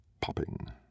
popping